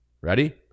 Ready